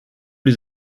les